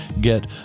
get